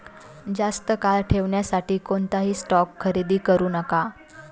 जास्त काळ ठेवण्यासाठी कोणताही स्टॉक खरेदी करू नका